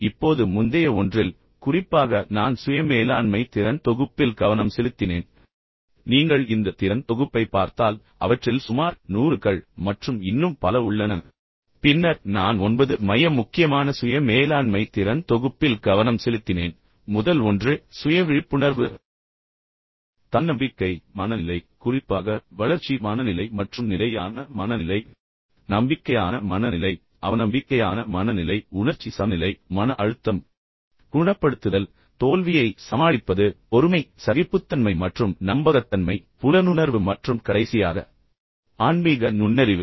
இப்போது முந்தைய ஒன்றில் குறிப்பாக நான் சுய மேலாண்மை திறன் தொகுப்பில் கவனம் செலுத்தினேன் பின்னர் நீங்கள் இந்த திறன் தொகுப்பைப் பார்த்தால் அவற்றில் சுமார் 100 கள் மற்றும் இன்னும் பல உள்ளன ஆனால் பின்னர் நான் 9 மைய முக்கியமான சுய மேலாண்மை திறன் தொகுப்பில் கவனம் செலுத்தினேன் முதல் ஒன்று சுய விழிப்புணர்வு தன்னம்பிக்கை மனநிலை குறிப்பாக வளர்ச்சி மனநிலை மற்றும் நிலையான மனநிலை நம்பிக்கையான மனநிலை மற்றும் பின்னர் அவநம்பிக்கையான மனநிலை உணர்ச்சி சமநிலை மன அழுத்தம் குணப்படுத்துதல் தோல்வியை சமாளிப்பது பொறுமை சகிப்புத்தன்மை மற்றும் நம்பகத்தன்மை புலனுணர்வு மற்றும் கடைசியாக ஆன்மீக நுண்ணறிவு